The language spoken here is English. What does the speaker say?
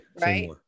right